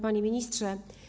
Panie Ministrze!